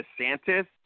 DeSantis